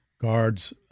guards